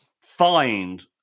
find